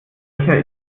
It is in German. löcher